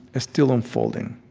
still unfolding.